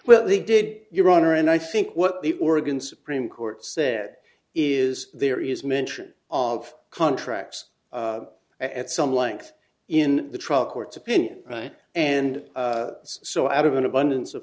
where they did your honor and i think what the oregon supreme court said is there is mention of contracts at some length in the trial court's opinion right and so out of an abundance of